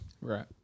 Right